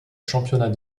championnat